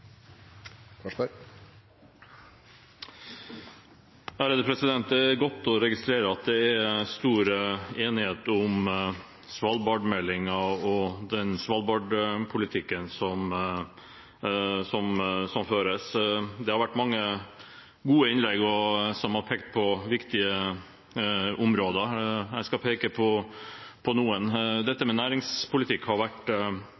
godt å registrere at det er stor enighet om Svalbard-meldingen og den Svalbard-politikken som føres. Det har vært mange gode innlegg som har pekt på viktige områder. Jeg skal peke på noen. Dette med næringspolitikk har vært